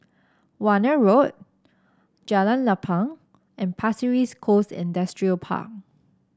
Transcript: Warna Road Jalan Lapang and Pasir Ris Coast Industrial Park